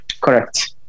Correct